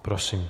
Prosím.